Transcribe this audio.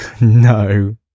No